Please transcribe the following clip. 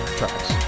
tracks